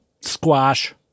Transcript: squash